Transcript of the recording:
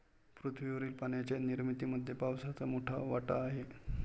पृथ्वीवरील पाण्याच्या निर्मितीमध्ये पावसाचा मोठा वाटा आहे